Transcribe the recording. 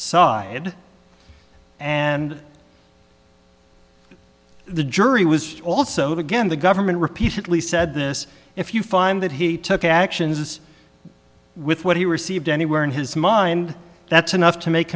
side and the jury was also again the government repeatedly said this if you find that he took actions as with what he received anywhere in his mind that's enough to make